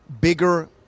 bigger